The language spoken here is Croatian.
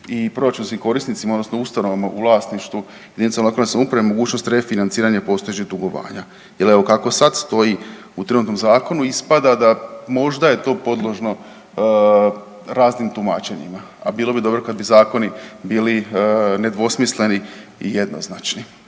i proračunskim korisnicima odnosno ustanova u vlasništvu JLS mogućnost refinanciranja postojećeg dugovanja jel evo kako sad stoji u trenutnom zakonu ispada da možda je to podložno raznim tumačenjima, a bilo bi dobro kad bi zakoni bili nedvosmisleni i jednoznačni.